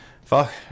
Fuck